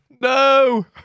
No